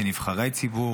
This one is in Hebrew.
כנבחרי ציבור,